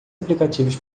aplicativos